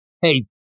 hey